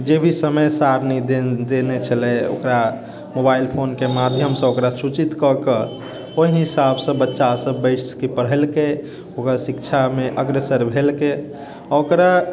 जे भी समय सारणी देने छलै ओकरा मोबाइल फोन के माध्यम सॅं ओकरा सूचित कएके ओहि हिसाब से बच्चा सब बैस के पढ़लके ओकर शिक्षा मे अग्रसर भेलकै ओकरा